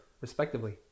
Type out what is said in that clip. respectively